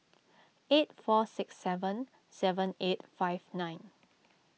eight four six seven seven eight five nine